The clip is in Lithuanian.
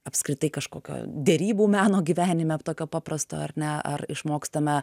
apskritai kažkokio derybų meno gyvenime tokio paprasto ar ne ar išmokstame